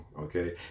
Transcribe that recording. okay